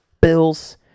Bills